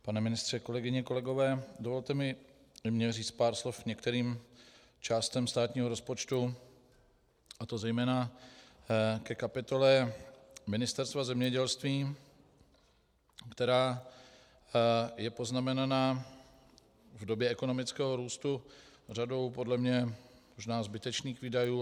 Pane ministře, kolegyně, kolegové, dovolte i mně říct pár slov k některým částem státního rozpočtu, a to zejména ke kapitole Ministerstva zemědělství, která je poznamenaná v době ekonomického růstu řadou podle mě možná zbytečných výdajů.